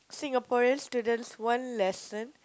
Singaporean students one lesson